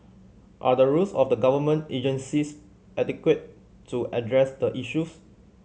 are the rules of the government agencies adequate to address the issues